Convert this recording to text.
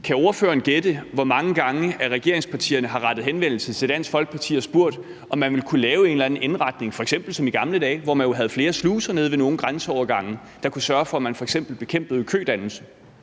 Kan ordføreren gætte, hvor mange gange regeringspartierne har rettet henvendelse til Dansk Folkeparti og spurgt, om man ville kunne lave en eller anden indretning, f.eks. som i gamle dage, hvor man jo havde flere sluser nede ved nogle grænseovergange, der kunne sørge for, at man f.eks. bekæmpede kødannelsen?